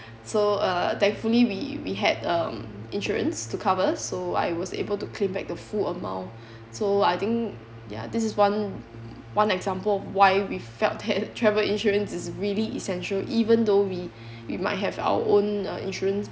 so uh thankfully we we had um insurance to cover so I was able to claim back the full amount so I think ya this is one one example of why we felt that travel insurance is really essential even though we we might have our own uh insurance